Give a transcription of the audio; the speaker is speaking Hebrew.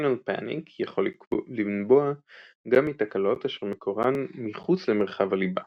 Kernel panic יכול לנבוע גם מתקלות אשר מקורן מחוץ למרחב הליבה,